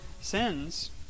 sins